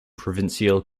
provincial